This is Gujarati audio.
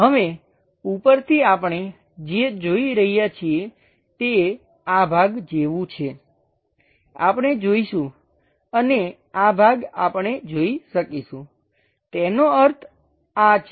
હવે ઉપરથી આપણે જે જોઈ રહ્યા છીએ તે આ ભાગ જેવું છે આપણે જોઈશું અને આ ભાગ આપણે જોઈ શકીશું તેનો અર્થ આ છે